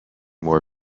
more